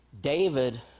David